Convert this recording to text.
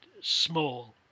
small